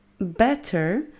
better